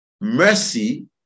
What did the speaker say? Mercy